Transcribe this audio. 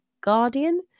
Guardian